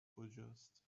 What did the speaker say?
کجاست